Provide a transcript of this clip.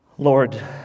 Lord